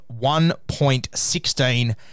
1.16